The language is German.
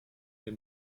wir